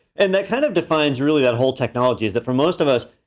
and that kind of defines really that whole technology is that for most of us,